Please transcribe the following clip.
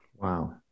Wow